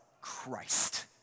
Christ